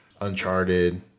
Uncharted